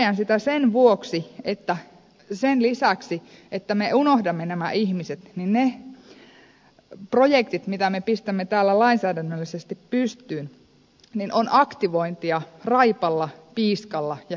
ja minä häpeän sitä sen vuoksi että sen lisäksi että me unohdamme nämä ihmiset ne projektit mitä me pistämme täällä lainsäädännöllisesti pystyy ovat aktivointia raipalla piiskalla ja kyykyttämällä